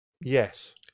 Yes